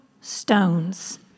stones